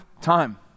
time